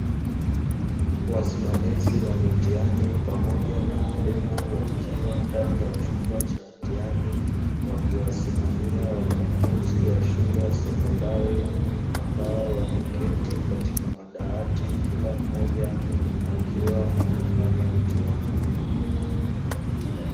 Wasimamizi wa mitihani pamoja na walimu wakiwa ndani ya chumba cha mtihani, wakiwasimamia wanafunzi wa shule ya sekondari, ambao wameketi katika madawati kila mmoja akiwa anafanya mtihani.